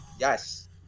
Yes